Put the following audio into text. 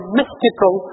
mystical